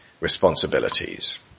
responsibilities